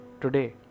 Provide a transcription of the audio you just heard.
today